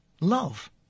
Love